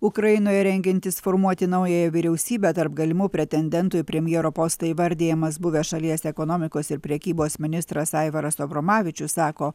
ukrainoje rengiantis formuoti naująją vyriausybę tarp galimų pretendentų į premjero postą įvardijamas buvęs šalies ekonomikos ir prekybos ministras aivaras abromavičius sako